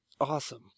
awesome